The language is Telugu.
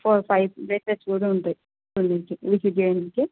ఒక ఫోర్ ఫైవ్ ప్లేసెస్ కూడా ఉంటాయి చూడవచ్చు